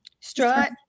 Strut